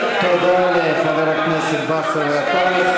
תודה לחבר הכנסת באסל גטאס.